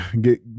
get